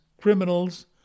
criminals